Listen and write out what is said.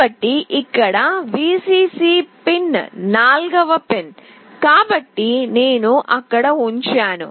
కాబట్టి ఇక్కడ Vcc pin నాల్గవ పిన్ కాబట్టి నేను అక్కడ ఉంచాను